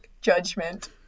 judgment